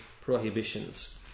prohibitions